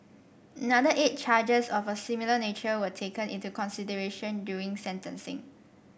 another eight charges of a similar nature were taken into consideration during sentencing